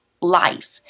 life